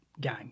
game